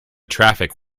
traffic